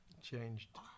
Changed